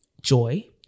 joy